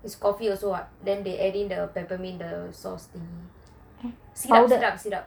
is coffee also [what] then they add in peppermint the sauce thingy syrup syrup